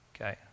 Okay